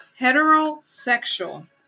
heterosexual